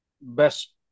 best